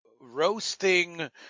roasting